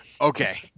okay